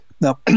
Now